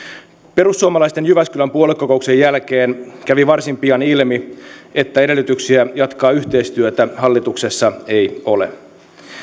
perussuomalaisten jyväskylän puoluekokouksen jälkeen kävi varsin pian ilmi että edellytyksiä jatkaa yhteistyötä hallituksessa ei ole